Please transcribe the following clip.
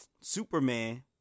Superman